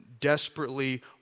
desperately